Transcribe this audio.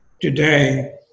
today